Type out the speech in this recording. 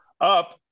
up